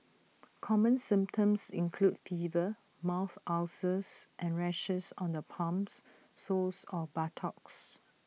common symptoms include fever mouth ulcers and rashes on the palms soles or buttocks